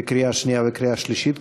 בקריאה שנייה ובקריאה שלישית,